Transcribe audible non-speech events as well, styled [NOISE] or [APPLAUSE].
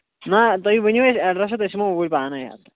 نہ تُہۍ ؤنِو اَسہِ اٮ۪ڈرٮ۪س تہٕ أسۍ یِمو اوٗرۍ پانَے [UNINTELLIGIBLE]